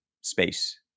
space